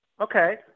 Okay